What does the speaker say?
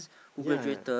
yea